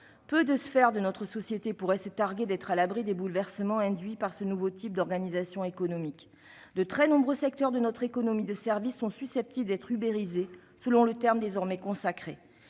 Peu de sphères de notre société pourraient se targuer d'être à l'abri des bouleversements induits par ce nouveau type d'organisation économique. De très nombreux secteurs de notre économie de service sont susceptibles d'être « ubérisés », selon le terme désormais consacré.